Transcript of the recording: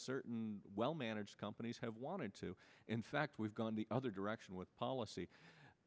certain well managed companies have wanted to in fact we've gone the other direction with policy